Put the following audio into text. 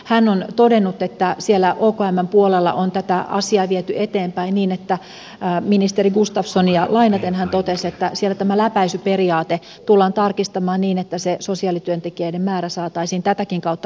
hän on todennut että siellä okmn puolella on tätä asiaa viety eteenpäin niin että ministeri gustafssonia lainaten hän totesi näin siellä tämä läpäisyperiaate tullaan tarkistamaan niin että se sosiaalityöntekijöiden määrä saataisiin tätäkin kautta kasvamaan